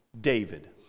David